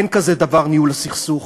אין כזה דבר ניהול הסכסוך,